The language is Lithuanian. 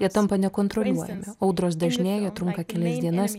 jie tampa nekontroliuojami audros dešinėja trunka kelias dienas